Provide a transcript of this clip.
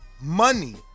money